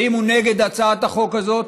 ואם הוא נגד הצעת החוק הזאת,